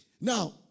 Now